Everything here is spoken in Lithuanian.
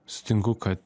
sutinku kad